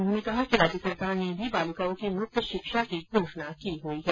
उन्होंने कहा कि राज्य सरकार ने भी बालिकाओं की मुफ्त शिक्षा की घोषणा की हुई है